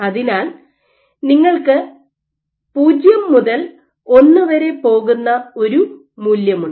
അതിനാൽ നിങ്ങൾക്ക് 0 മുതൽ 1 വരെ പോകുന്ന ഒരു മൂല്യമുണ്ട്